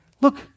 look